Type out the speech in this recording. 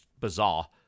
bizarre